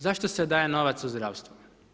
Zašto se daje novac u zdravstvo?